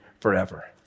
forever